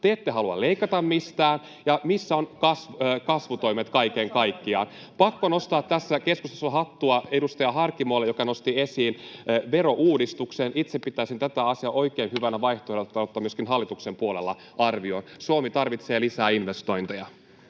Miten niin?] Missä ovat kasvutoimet kaiken kaikkiaan? Pakko nostaa tässä keskustelussa hattua edustaja Harkimolle, joka nosti esiin verouudistuksen. Itse pitäisin tätä asiaa oikein hyvänä vaihtoehtona ottaa myöskin hallituksen puolella arvioon. Suomi tarvitsee lisää investointeja.